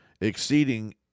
exceeding